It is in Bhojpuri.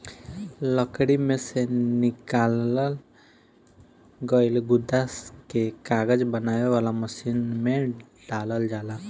लकड़ी में से निकालल गईल गुदा के कागज बनावे वाला मशीन में डालल जाला